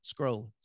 scrolling